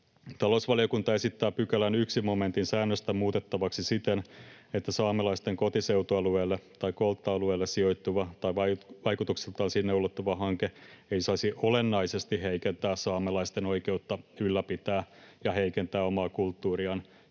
Talousvaliokunta esittää pykälän 1 momentin säännöstä muutettavaksi siten, että saamelaisten kotiseutualueelle tai koltta-alueelle sijoittuva tai vaikutukseltaan sinne ulottuva hanke ei saisi olennaisesti heikentää saamelaisten oikeutta ylläpitää ja kehittää omaa kulttuuriaan